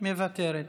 מוותרת.